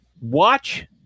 Watch